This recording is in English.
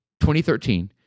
2013